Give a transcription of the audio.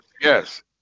Yes